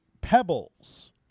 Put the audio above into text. Pebbles